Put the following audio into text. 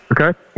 Okay